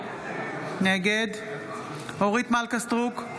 נגד אורית מלכה סטרוק,